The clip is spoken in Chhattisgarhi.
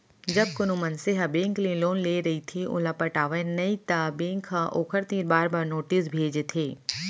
जब कोनो मनसे ह बेंक ले जेन लोन ले रहिथे ओला पटावय नइ त बेंक ह ओखर तीर बार बार नोटिस भेजथे